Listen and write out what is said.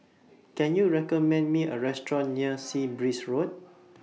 Can YOU recommend Me A Restaurant near Sea Breeze Road